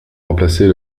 remplacer